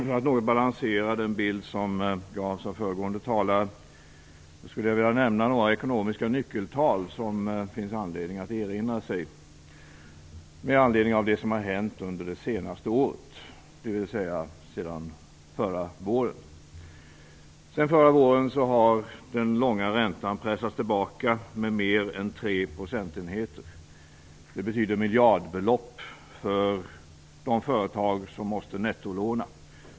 För att något balansera den bild som gavs av föregående talare skulle jag vilja nämna några ekonomiska nyckeltal, som det finns anledning att erinra sig med anledning av det som har hänt under det senaste året, dvs. sedan förra våren. Sedan förra våren har den långa räntan pressats tillbaka med mer än tre procentenheter. Det betyder miljardbelopp för de företag som måste nettolåna.